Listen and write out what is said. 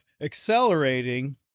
accelerating